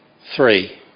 Three